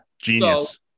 Genius